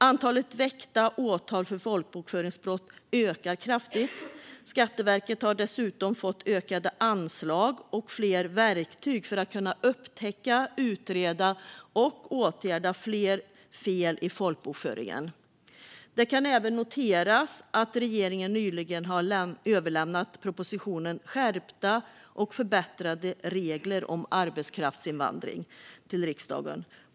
Antalet väckta åtal för folkbokföringsbrott ökar kraftigt. Skatteverket har dessutom fått ökade anslag och fler verktyg för att kunna upptäcka, utreda och åtgärda fler fel i folkbokföringen. Det kan även noteras att regeringen nyligen har överlämnat propositionen Skärpta och förbättrade regler om arbetskraftsinvandring till riksdagen.